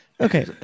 Okay